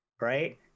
right